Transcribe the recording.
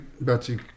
betsy